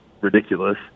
ridiculous